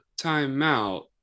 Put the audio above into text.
timeout